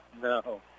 No